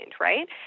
right